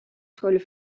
scholen